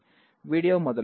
video మొదలు 0755